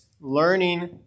learning